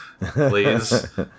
please